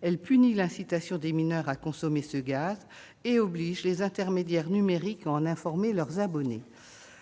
Elle punit l'incitation des mineurs à consommer ce gaz et oblige les intermédiaires numériques à en informer leurs abonnés.